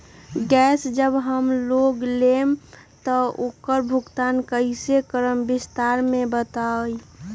Gas जब हम लोग लेम त उकर भुगतान कइसे करम विस्तार मे बताई?